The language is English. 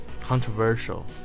Controversial